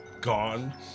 gone